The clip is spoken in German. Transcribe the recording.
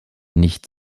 nicht